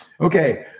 Okay